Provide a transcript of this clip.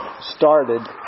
started